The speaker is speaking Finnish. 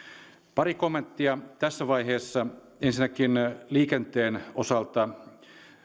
pari kommenttia tässä vaiheessa ensinnäkin liikenteen osalta